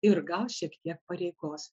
ir gal šiek tiek pareigos